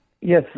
Yes